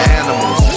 animals